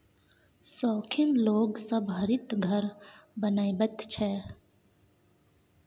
शौखीन लोग सब हरित घर बनबैत छै